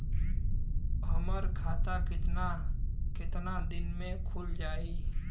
हमर खाता कितना केतना दिन में खुल जाई?